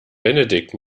benedikt